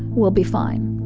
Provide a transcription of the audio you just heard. we'll be fine.